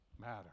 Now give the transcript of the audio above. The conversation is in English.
Matter